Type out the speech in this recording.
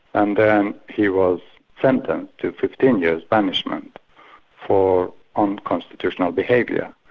and then he was sentenced to fifteen years banishment for unconstitutional behaviour.